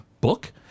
book